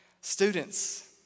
Students